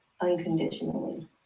unconditionally